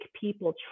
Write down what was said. people